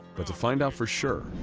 but to find out for sure,